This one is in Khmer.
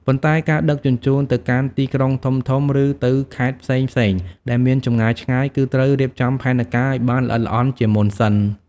ប៉ុន្តែការដឹកជញ្ជូនទៅកាន់ ទីក្រុងធំៗ ឬទៅខេត្តផ្សេងៗដែលមានចម្ងាយឆ្ងាយ គឺត្រូវរៀបចំផែនការឲ្យបានល្អិតល្អន់ជាមុនសិន។